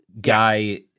guy